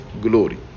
glory